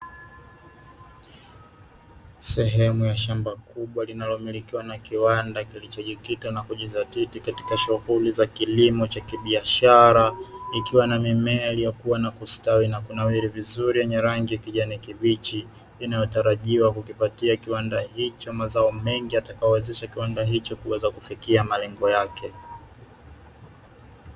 Sehemu ya shamba kubwa linalomilikiwa na kiwanda kilichojikita na kujizatiti katika shughuli za kilimo cha kibiashara, ikiwa na mimea iliyostawi na kunawiri vizuri yenye rangi yakijani kibichi, ianyotarajiwa kukipatia kiwanda hicho mazao mengi yatakayowezesha kiwanda hicho kuweza kufikia malengo yake.